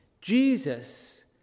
jesus